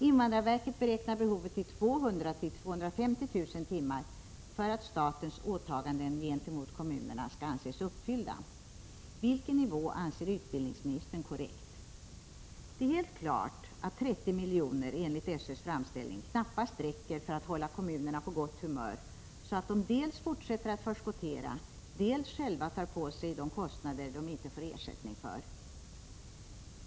Invandrarverket beräknar behovet till 200 000-250 000 timmar för att statens åtaganden gentemot kommunerna skall anses uppfyllda. Vilken nivå anser utbildningsministern vara korrekt? Det är helt klart att 30 milj.kr. enligt SÖ:s framställning knappast räcker för att hålla kommunerna på gott humör, så att de dels fortsätter att förskottera, dels själva tar på sig de kostnader de inte får ersättning för.